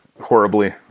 horribly